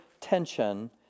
tension